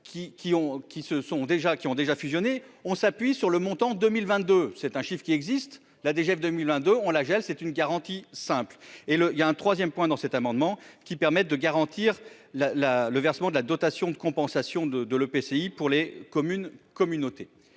qui ont déjà fusionné, on s'appuie sur le montant de 1022, c'est un chiffre qui existe la DGF 2001 2 on la gèle, c'est une garantie, simple et le il y a un 3ème point dans cet amendement, qui permettent de garantir la la le versement de la dotation de compensation de de l'EPCI pour les communes, communautés